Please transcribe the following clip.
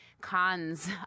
cons